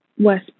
West